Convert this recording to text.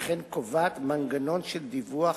וכן קובעת מנגנון של דיווח,